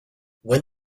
when